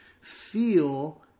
feel